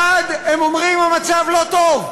1. הם אומרים שהמצב לא טוב,